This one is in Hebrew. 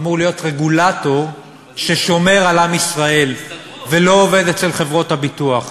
אמור להיות רגולטור ששומר על עם ישראל ולא עובד אצל חברות הביטוח.